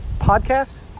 Podcast